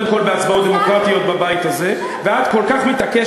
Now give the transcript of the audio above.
אדוני סגן